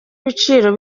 ibiciro